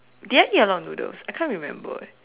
did I eat a lot of noodles I can't remember eh